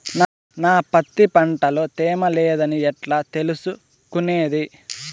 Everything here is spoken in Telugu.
నా పత్తి పంట లో తేమ లేదని ఎట్లా తెలుసుకునేది?